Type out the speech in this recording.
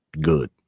good